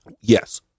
yes